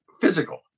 physical